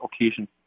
occasion